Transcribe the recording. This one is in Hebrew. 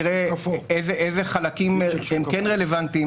תיכף נצלול ונראה איזה חלקים הם כן רלוונטיים